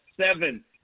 seven